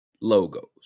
logos